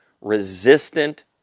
resistant